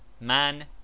Man